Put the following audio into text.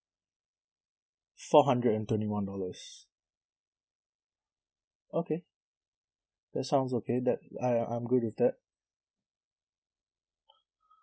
four hundred and twenty one dollars okay that sounds okay that I I'm good with that